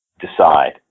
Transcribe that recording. decide